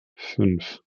fünf